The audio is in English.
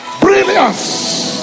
brilliance